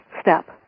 step